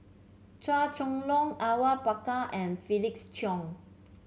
Chua Chong Long Awang Bakar and Felix Cheong